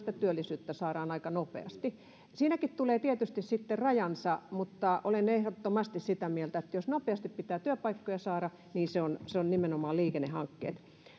työllisyyttä saadaan aika nopeasti siinäkin tulee tietysti sitten rajansa mutta olen ehdottomasti sitä mieltä että jos nopeasti pitää työpaikkoja saada niin nimenomaan liikennehankkeista